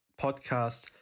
podcast